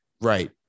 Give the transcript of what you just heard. right